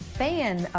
fan